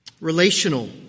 Relational